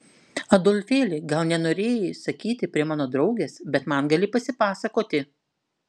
adolfėli gal nenorėjai sakyti prie mano draugės bet man gali pasipasakoti